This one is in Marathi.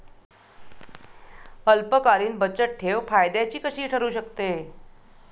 अल्पकालीन बचतठेव फायद्याची कशी ठरु शकते?